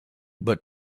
but